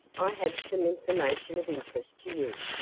i have some information of interest to you.